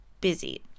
busy